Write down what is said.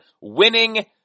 winning